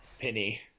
penny